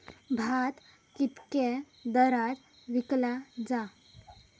भात कित्क्या दरात विकला जा?